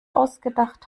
ausgedacht